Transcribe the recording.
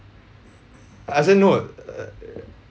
as in no err